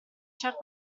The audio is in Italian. certo